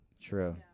true